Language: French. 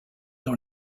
dans